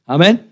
Amen